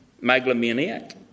megalomaniac